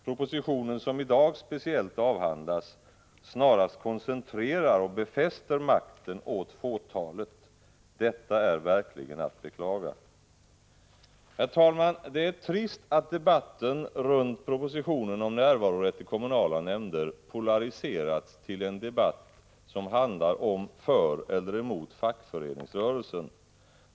Propositionen som i dag avhandlas snarast koncentrerar och befäster makten åt fåtalet. Detta är verkligen att beklaga. Herr talman! Det är trist att debatten runt propositionen om närvarorätt i kommunala nämnder polariserats till en debatt för eller emot fackföreningsrörelsen.